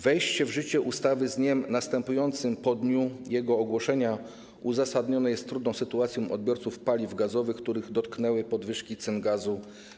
Wejście w życie ustawy z dniem następującym po dniu jego ogłoszenia uzasadnione jest trudną sytuacją odbiorców paliw gazowych, których dotknęły podwyżki cen gazu.